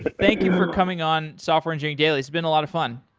thank you for coming on software engineering daily. it's been a lot of fun.